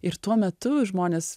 ir tuo metu žmonės